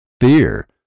fear